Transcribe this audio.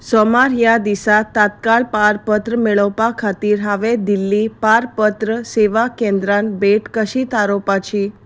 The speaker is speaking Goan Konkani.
सोमार ह्या दिसा तात्काळ पारपत्र मेळोवपा खातीर हांवें दिल्ली पारपत्र सेवा केंद्रान भेट कशी थारोवपाची